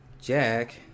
Jack